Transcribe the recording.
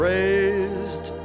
Raised